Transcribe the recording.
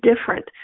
different